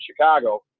Chicago